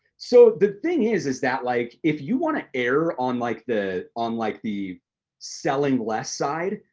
so the thing is is that, like if you wanna err on like the on like the selling less side,